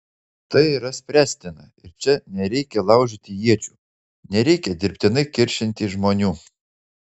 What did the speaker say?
tai yra spręstina ir čia nereikia laužyti iečių nereikia dirbtinai kiršinti žmonių